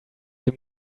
dem